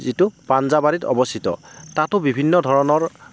যিটো পাঞ্জাবাৰীত অৱস্থিত তাতো বিভিন্ন ধৰণৰ